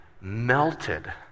melted